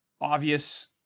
obvious